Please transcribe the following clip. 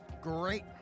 Great